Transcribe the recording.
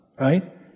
Right